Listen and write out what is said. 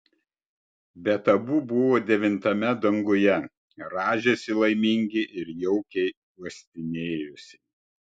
bet abu buvo devintame danguje rąžėsi laimingi ir jaukiai uostinėjosi